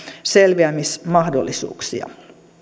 selviämismahdollisuuksia